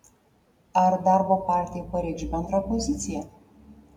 ar darbo partija pareikš bendrą poziciją